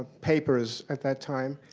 papers at that time